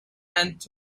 and